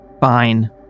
Fine